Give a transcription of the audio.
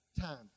time